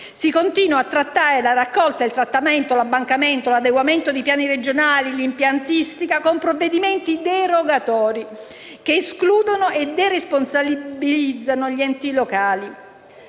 Si continua a trattare la raccolta, il trattamento, l'abbancamento, l'adeguamento dei piani regionali e l'impiantistica con provvedimenti derogatori che escludono e deresponsabilizzano gli enti locali.